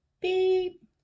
beep